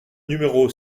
numéro